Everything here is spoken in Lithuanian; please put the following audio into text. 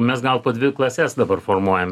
mes gal po dvi klases dabar formuojam